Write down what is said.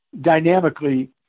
dynamically